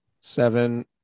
seven